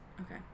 Okay